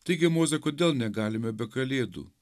taigi moze kodėl negalime be kalėdų